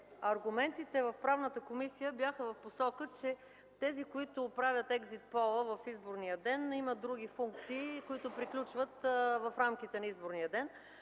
Аргументите в Правната комисия бяха в посока, че тези, които правят екзит пол в изборния ден, имат други функции, които приключват в рамките на изборния ден.